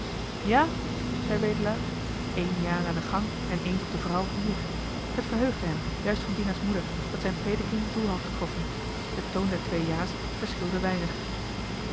ja zei wedelaar één ja naar de gang en één tot de vrouw hier het verheugde hem juist van dina's moeder dat zijn prediking doel had getroffen de toon der twee ja's verschilde weinig